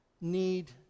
need